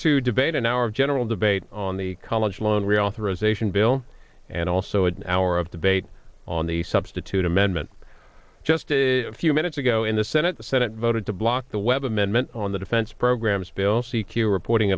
to debate in our general debate on the college loan reauthorization bill and also add an hour of debate on the substitute amendment just a few minutes ago in the senate the senate voted to block the webb amendment on the defense programs